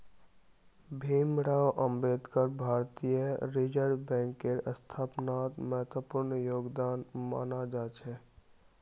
भीमराव अम्बेडकरेर भारतीय रिजर्ब बैंकेर स्थापनात महत्वपूर्ण योगदान माना जा छे